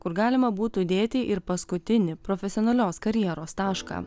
kur galima būtų dėti ir paskutinį profesionalios karjeros tašką